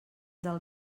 del